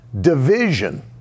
division